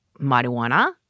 marijuana